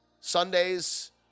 Sundays